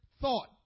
thought